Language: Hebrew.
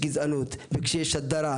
אני חושב שאסור לנו להמשיך מקרים כאלה.